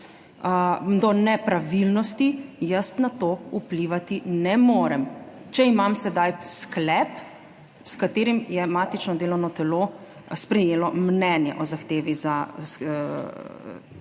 do nepravilnosti jaz na to vplivati ne morem, če imam sedaj sklep, s katerim je matično delovno telo sprejelo mnenje o zahtevi za razpis